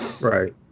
Right